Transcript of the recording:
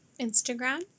Instagram